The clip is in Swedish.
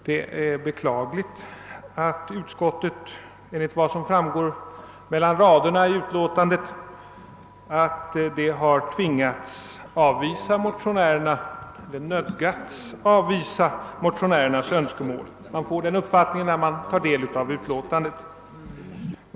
Det är beklagligt att utskottet enligt vad som kan läsas mellan raderna i utlåtandet har nödgats avvisa motionärernas önskemål — det är nämligen den uppfattning man får när man tar del av utlåtandet.